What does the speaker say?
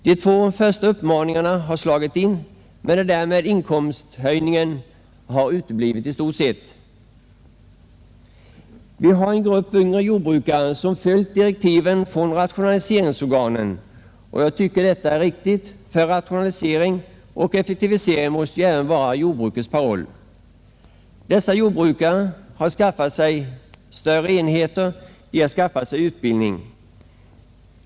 De två första leden av parollen har slagit in, men detta med inkomsthöjningen har i stort sett uteblivit. Det finns en grupp yngre jordbrukare som följt direktiven från rationaliseringsorganen. Jag tycker att detta är riktigt, ty rationalisering och effektivisering måste ju vara även jordbrukets paroll. Dessa jordbrukare har skaffat sig större enheter och de har skaffat sig utbildning.